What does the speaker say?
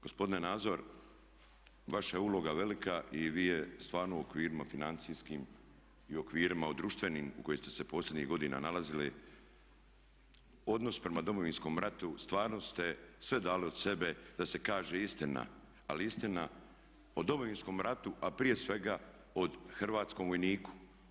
Gospodine Nazor vaša je uloga velike i vi je stvarno u okvirima financijskim i u okvirima društvenim u kojim ste se posljednjih godina nalazili odnos prema Domovinskom ratu stvarno ste sve dali od sebe da se kaže istina, ali istina o Domovinskom ratu a prije svega o hrvatskom vojniku.